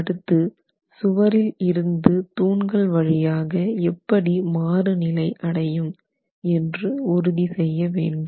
அடுத்து சுவரில் இருந்து தூண்கள் வழியாக எப்படி மாறுநிலை அடையும் என்று உறுதி செய்ய வேண்டும்